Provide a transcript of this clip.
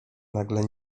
nagle